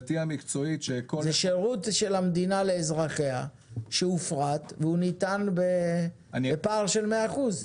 זה שירות של המדינה לאזרחיה שהופרט והוא ניתן בפער של מאה אחוז.